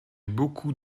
beaucoup